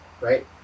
right